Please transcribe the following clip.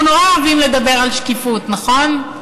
אנחנו נורא אוהבים לדבר על שקיפות, נכון?